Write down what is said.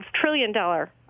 trillion-dollar